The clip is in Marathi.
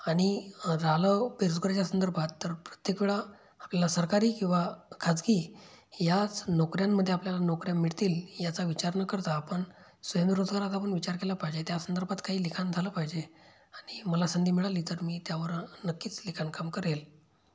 आणि राहिलं बेरोजगारीच्या संदर्भात तर प्रत्येकवेळा आपल्याला सरकारी किंवा खाजगी याच नोकऱ्यांमध्ये आपल्याला नोकऱ्या मिळतील याचा विचार न करता आपण स्वयंरोजगाराचा पण विचार केला पाहिजे त्या संदर्भात काही लिखाण झालं पाहिजे आणि मला संधी मिळाली तर मी त्यावर नक्कीच लिखाणकाम करेल